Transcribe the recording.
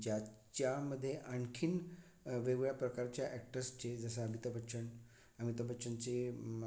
ज्याच्यामध्ये आणखीन वेगवेगळ्या प्रकारच्या ॲक्टर्सचे जसं अमीताभ बच्चन अमिताभ बच्चनचे